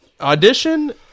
Audition